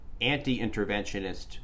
anti-interventionist